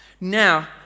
now